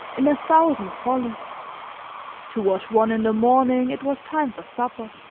in a thousand follies toward one in the morning it was time for supper.